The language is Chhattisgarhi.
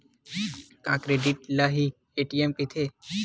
का क्रेडिट ल हि ए.टी.एम कहिथे?